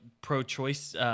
pro-choice